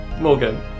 Morgan